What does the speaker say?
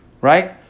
Right